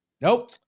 Nope